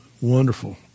wonderful